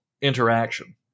interaction